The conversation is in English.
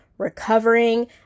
recovering